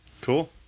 Cool